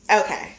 Okay